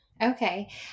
Okay